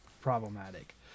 problematic